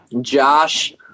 Josh